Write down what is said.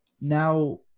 Now